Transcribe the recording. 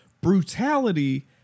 brutality